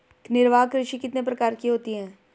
निर्वाह कृषि कितने प्रकार की होती हैं?